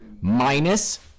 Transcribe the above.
minus